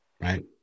right